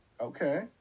Okay